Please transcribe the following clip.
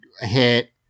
hit